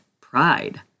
pride